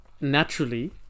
naturally